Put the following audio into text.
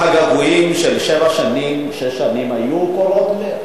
הגעגועים של שבע שנים, שש שנים, היו קורעי-לב,